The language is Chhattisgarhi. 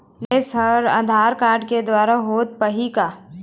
निवेश हर आधार कारड के द्वारा होथे पाही का?